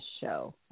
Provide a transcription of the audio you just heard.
show